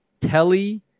telly